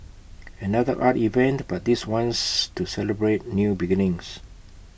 another art event but this one's to celebrate new beginnings